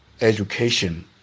education